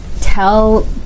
tell